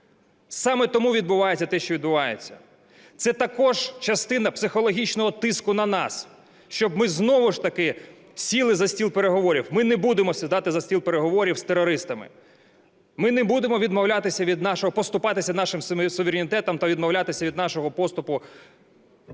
Саме тому відбувається те, що відбувається. Це також частина психологічного тиску на нас, щоб ми знову ж таки сіли за стіл переговорів. Ми не будемо сідати за стіл переговорів з терористами, ми не будемо поступатися нашим суверенітетом та відмовлятися від нашого поступу